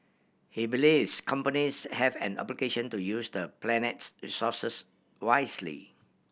he believes companies have an obligation to use the planet's resources wisely